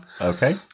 okay